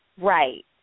Right